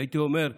והייתי אומר,